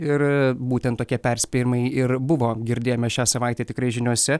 ir būtent tokie perspėjimai ir buvo girdėjome šią savaitę tikrai žiniose